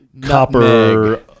Copper